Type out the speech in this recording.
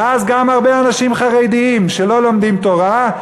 ואז גם הרבה אנשים חרדים שלא לומדים תורה,